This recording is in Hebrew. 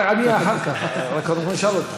אני, אחר כך, קודם כול נשאל אותם.